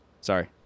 Sorry